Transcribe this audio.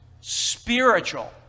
spiritual